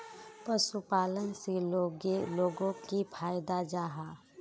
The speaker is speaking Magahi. पशुपालन से लोगोक की फायदा जाहा?